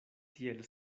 tiel